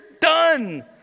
done